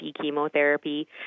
chemotherapy